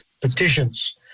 petitions